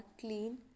clean